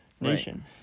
nation